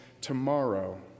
tomorrow